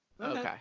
Okay